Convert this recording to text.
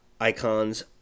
icons